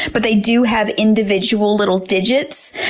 but they do have individual little digits.